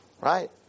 Right